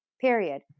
Period